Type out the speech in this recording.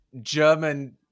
German